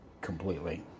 completely